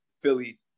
Philly